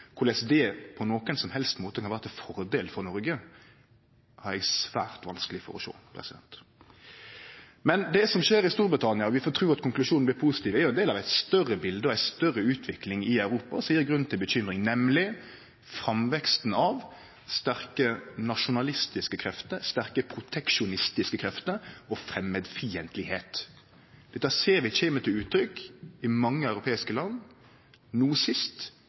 Korleis det på nokon som helst måte kan vere til fordel for Noreg, har eg svært vanskeleg for å sjå. Men det som skjer i Storbritannia – vi får tru at konklusjonen blir positiv – er jo ein del av eit større bilete og ei større utvikling i Europa som gjev grunn til uro, nemleg framveksten av sterke nasjonalistiske krefter, sterke proteksjonistiske krefter og framandfiendtlege haldningar. Dette ser vi kjem til uttrykk i mange europeiske land, no sist